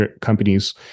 companies